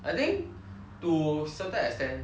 to certain extent I